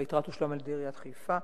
והיתרה תושלם על-ידי עיריית חיפה.